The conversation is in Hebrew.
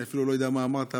אני אפילו לא יודע מה אמרת,